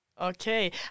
okay